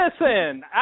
listen